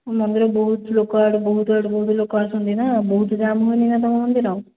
ମନ୍ଦିରରେ ବହୁତ ଲୋକ ଆଡ଼ୁ ବହୁତ ଆଡ଼ୁ ବହୁତ ଲୋକ ଆସନ୍ତି ନା ବହୁତ ଜାମ୍ ହୁଏ ନାହିଁ ତୁମ ମନ୍ଦିର